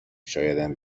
شایدم